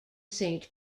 saint